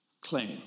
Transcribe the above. claim